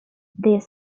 they